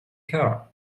car